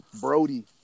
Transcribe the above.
Brody